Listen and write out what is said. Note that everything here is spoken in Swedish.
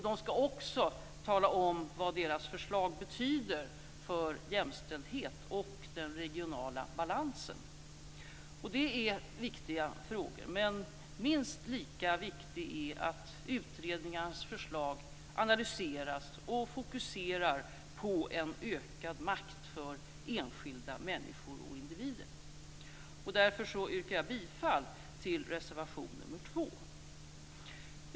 De skall också tala om vad deras förslag betyder för jämställdheten och den regionala balansen. Det är viktiga frågor, men minst lika viktigt är att utredningarnas förslag analyseras och fokuserar på en ökad makt för enskilda människor och individer. Därför yrkar jag bifall till reservation 2.